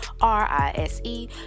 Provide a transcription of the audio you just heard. R-I-S-E